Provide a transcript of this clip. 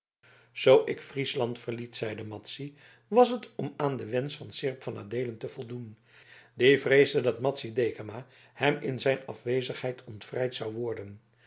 zoo ik friesland verliet zeide madzy was het om aan den wensch van seerp van adeelen te voldoen die vreesde dat madzy dekama hem in zijn afwezigheid ontvrijd zou worden